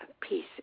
peace